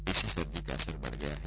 इससे सर्दी का असर बढ़ गया है